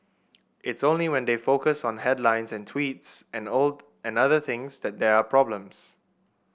it's only when they focus on headlines and tweets and old and other things that they are problems